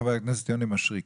חבר הכנסת יוני מישרקי.